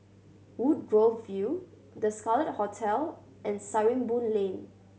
Woodgrove View The Scarlet Hotel and Sarimbun Lane